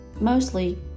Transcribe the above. mostly